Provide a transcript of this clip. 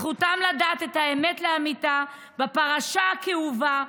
זכותן לדעת את האמת לאמיתה בפרשה הכאובה,